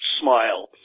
smile